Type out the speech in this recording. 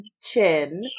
chin